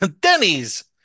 Denny's